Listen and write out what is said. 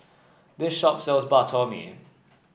this shop sells Bak Chor Mee